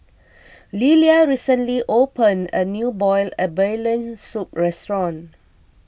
Lelia recently opened a new Boiled Abalone Soup restaurant